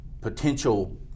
potential